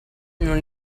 non